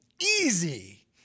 easy